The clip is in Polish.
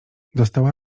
dostała